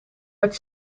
werd